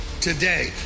today